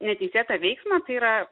neteisėtą veiksmą tai yra